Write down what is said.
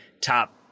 top